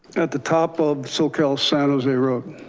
at the top of soquel san jose road.